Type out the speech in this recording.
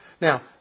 Now